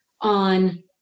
on